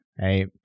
Right